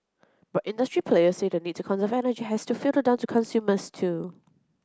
but industry players say the need to conserve energy has to filter down to consumers too